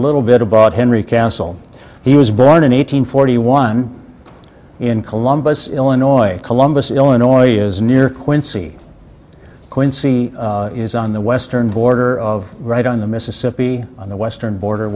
little bit abroad henry castle he was born in eight hundred forty one in columbus illinois columbus illinois is near quincy quincy is on the western border of right on the mississippi on the western border